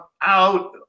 out